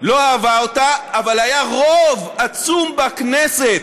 לא אהבה אותה, אבל היה רוב עצום בכנסת,